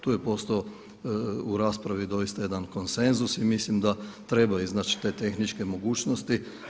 Tu je postojao u raspravi doista jedan konsenzus i mislim da treba iznaći te tehničke mogućnosti.